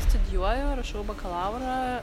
studijuoju rašau bakalaurą